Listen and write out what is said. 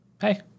Hey